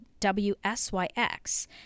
WSYX